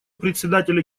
председателя